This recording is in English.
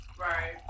Right